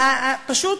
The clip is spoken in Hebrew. פשוט,